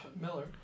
Miller